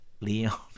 Leon